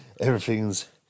Everything's